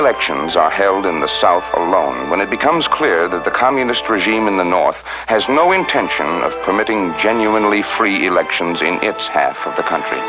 elections are held in the south when it becomes clear that the communist regime in the north has no intention of permitting genuinely free elections in its half of the country